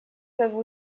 peuvent